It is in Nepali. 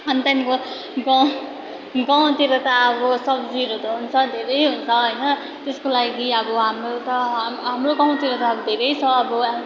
अनि त्यहाँदेखिको गाउँ गाउँतिर त अब सब्जीहरू त हुन्छ धेरै हुन्छ होइन त्यसको लागि अब हाम्रो त हाम्रो गाउँतिर त अब धेरै छ अब